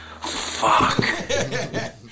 fuck